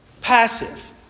passive